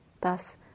Thus